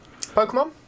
Pokemon